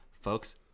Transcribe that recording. folks